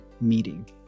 meeting